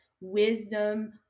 wisdom